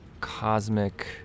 cosmic